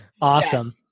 Awesome